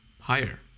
higher